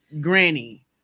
granny